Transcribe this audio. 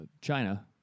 China